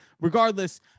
regardless